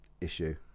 issue